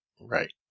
Right